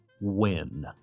Win